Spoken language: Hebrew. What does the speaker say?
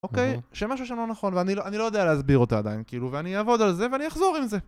אוקיי? שמשהו שלא נכון, ואני לא יודע להסביר אותה עדיין, כאילו, ואני אעבוד על זה ואני אחזור אל זה